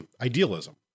idealism